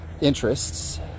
interests